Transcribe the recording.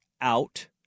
out